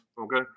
Okay